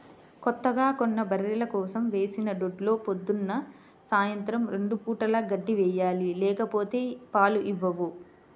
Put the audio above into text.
కొత్తగా కొన్న బర్రెల కోసం వేసిన దొడ్లో పొద్దున్న, సాయంత్రం రెండు పూటలా గడ్డి వేయాలి లేకపోతే పాలు ఇవ్వవు